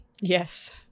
yes